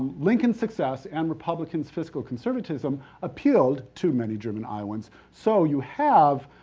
lincoln's success and republican's fiscal conservatism appealed to many german iowans, so you have,